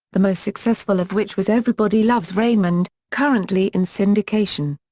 the most successful of which was everybody loves raymond, currently in syndication.